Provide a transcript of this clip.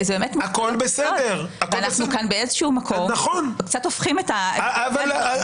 אנחנו כאן באיזשהו מקום קצת הופכים את הדבר.